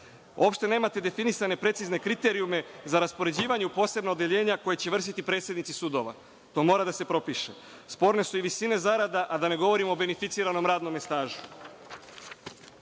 Uopšte nemate definisane precizne kriterijume za raspoređivanje u posebna odeljenja koje će vršiti predsednici sudova. To mora da se propiše. Sporne su i visine zarada, a da ne govorim o beneficiranom radnom stažu. Šta